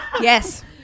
Yes